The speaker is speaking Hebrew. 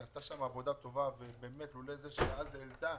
היא עשתה שם עבודה טובה ובאמת לולא זה שהיא אז העלתה